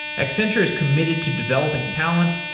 accenture is committed to developing talent,